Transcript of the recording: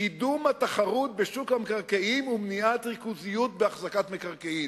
קידום התחרות בשוק המקרקעין ומניעת ריכוזיות בהחזקת מקרקעין.